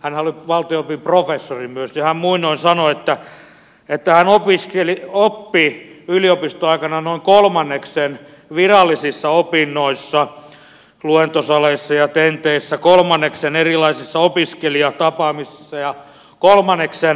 hänhän oli valtio opin professori myös muinoin sanoi että hän oppi yliopistoaikanaan noin kolmanneksen virallisissa opinnoissa luentosaleissa ja tenteissä kolmanneksen erilaisissa opiskelijatapaamisissa ja kolmanneksen illanistujaisissa